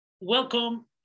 Welcome